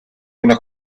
una